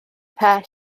pell